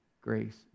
grace